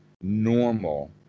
normal